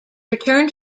return